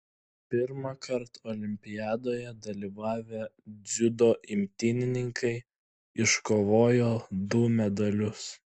pirmąkart olimpiadoje dalyvavę dziudo imtynininkai iškovojo du medalius